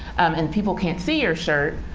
and people can't see your shirt.